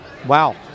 Wow